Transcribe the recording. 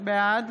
בעד